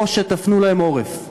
או שתפנו להם עורף.